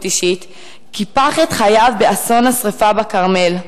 אישית קיפח את חייו באסון השרפה בכרמל.